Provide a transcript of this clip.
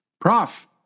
Prof